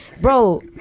bro